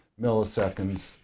milliseconds